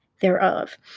thereof